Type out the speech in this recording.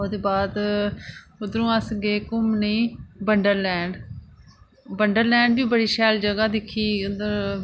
ओह्दे बाद उद्धर अस गे घुम्मने गी वंडरलैंड वंडरलैंड बी बड़ी अच्छी जगह दिक्खी